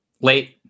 Late